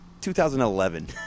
2011